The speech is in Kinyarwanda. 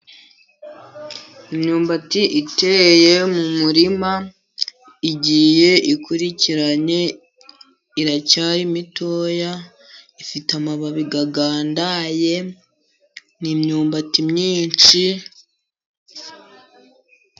Imyumbati iteye mu murima, igiye ikurikiranye, iracyari mitoya, ifite amababi agandaye, ni imyumbati myinshi,..